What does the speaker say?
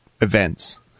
events